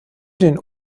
den